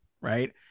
right